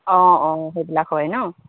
অঁ অঁ সেইবিলাক হয় ন